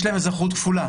בעלי אזרחות כפולה,